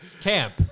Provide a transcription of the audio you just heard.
Camp